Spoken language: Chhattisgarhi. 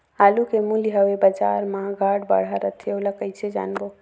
आलू के मूल्य हवे बजार मा घाट बढ़ा रथे ओला कइसे जानबो?